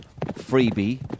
Freebie